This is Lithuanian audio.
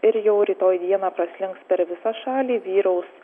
ir jau rytoj dieną praslinks per visą šalį vyraus